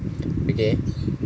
okay